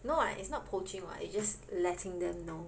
no [what] it's not poaching [what] is just letting them know